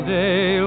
day